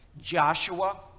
Joshua